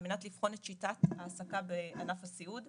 מנת לבחון את שיטת ההעסקה בענף הסיעוד,